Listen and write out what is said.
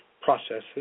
processes